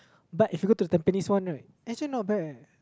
but if you go to the Tampines one right actually not bad leh